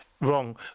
wrong